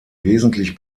wesentlich